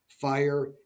fire